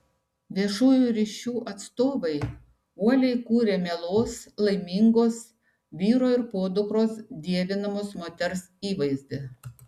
viešųjų ryšių atstovai uoliai kūrė mielos laimingos vyro ir podukros dievinamos moters įvaizdį